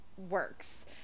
works